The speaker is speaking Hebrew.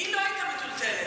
היא לא הייתה מתולתלת,